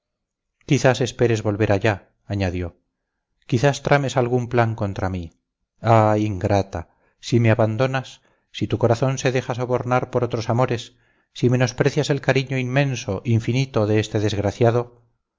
quizás esperes volver allá añadió quizás trames algún plan contra mí ah ingrata si me abandonas si tu corazón se deja sobornar por otros amores si menosprecias el cariño inmenso infinito de este desgraciado